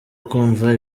kumva